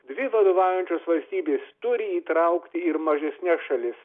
dvi vadovaujančios valstybės turi įtraukti ir mažesnes šalis